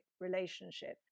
relationship